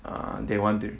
err they wanted